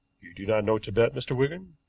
you do not know tibet, mr. wigan?